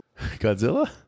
Godzilla